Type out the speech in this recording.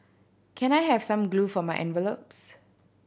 can I have some glue for my envelopes